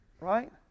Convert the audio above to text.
Right